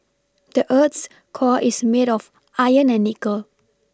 the earth's core is made of iron and nickel